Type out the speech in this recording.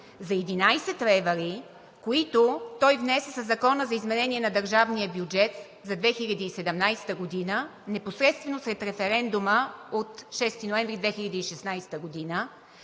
За 11 лв. ли, които той внесе със Закона за изменение на държавния бюджет за 2017 г., непосредствено след референдума от 6 ноември 2016 г.,